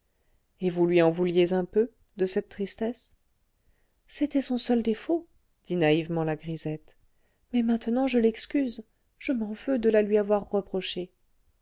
et vous lui en vouliez un peu de cette tristesse c'était son seul défaut dit naïvement la grisette mais maintenant je l'excuse je m'en veux de la lui avoir reprochée